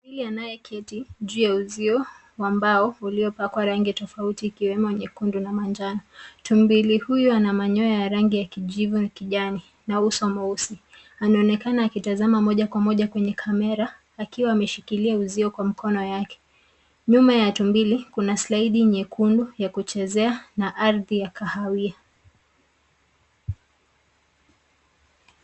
Tumbili anayeketi juu ya uzio wa mabao uliopakwa rangi tofauti ikiwemo nyekundu na manjano. tumbili huyo ana manyoya ya ragi ya kijivu kijani na uso mweusi. Anaonekana akitazama moja kwa moja kwenye kamera akiwa ameshikilia uzio kwa mkono yake. Nyuma ya tumbili kuna slaidi nyekundu ya kuchezea na ardhi ya kahawia.